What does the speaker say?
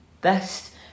Best